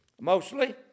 mostly